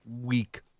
week